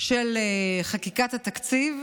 של חקיקת התקציב.